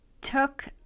took